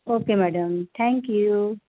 okay madam thank you